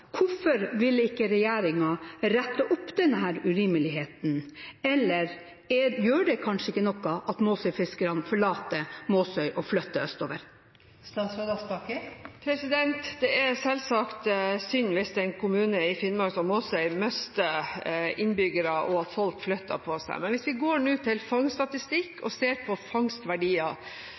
Hvorfor vil ikke regjeringen rette opp denne urimeligheten, eller gjør det kanskje ikke noe at Måsøy-fiskerne forlater Måsøy og flytter østover? Det er selvsagt synd hvis en kommune i Finnmark, som Måsøy, mister innbyggere, og at folk flytter på seg. Hvis vi går til fangststatistikk